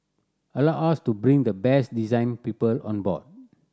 allowed us to bring the best design people on board